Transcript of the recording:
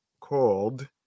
called